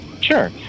Sure